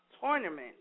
tournament